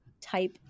type